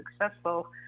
successful